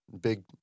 big